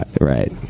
right